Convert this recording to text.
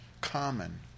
common